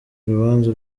urubanza